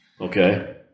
Okay